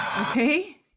Okay